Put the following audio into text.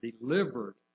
delivered